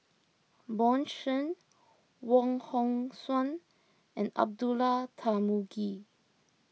Bjorn Shen Wong Hong Suen and Abdullah Tarmugi